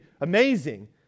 amazing